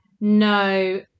No